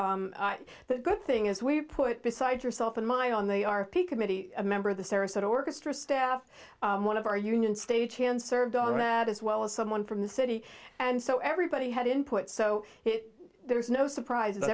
the good thing is we put beside yourself and my on they are peak committee a member of the sarasota orchestra staff one of our union stagehand served on that as well as someone from the city and so everybody had input so it there's no surprise